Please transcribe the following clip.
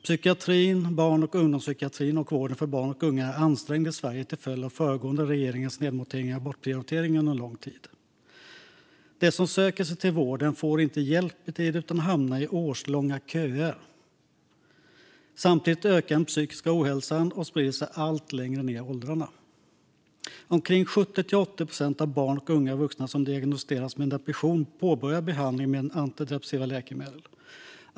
Psykiatrin, barn och ungdomspsykiatrin och vården för barn och unga är ansträngd i Sverige till följd av föregående regeringars nedmontering och bortprioritering under lång tid. De som söker sig till vården får inte hjälp i tid utan hamnar i årslånga köer. Samtidigt ökar den psykiska ohälsan och sprider sig allt längre ned i åldrarna. Omkring 70-80 procent av barn och unga vuxna som diagnostiseras med depression påbörjar behandling med antidepressiva läkemedel.